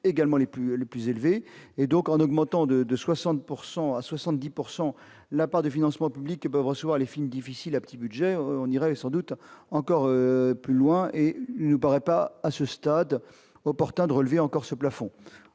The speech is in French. plus les plus élevés, et donc en augmentant de de 60 pourcent à 70 pourcent la part des financements publics et peuvent recevoir les films difficiles à petit budget, on irait sans doute encore plus loin et ne paraît pas à ce stade opportun de relever encore ce plafond,